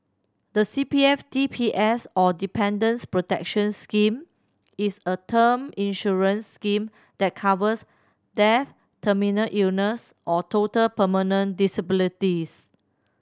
the C P F D P S or Dependants' Protection Scheme is a term insurance scheme that covers death terminal illness or total permanent disabilities